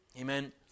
Amen